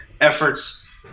efforts